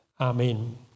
Amen